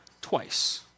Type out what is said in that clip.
twice